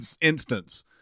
instance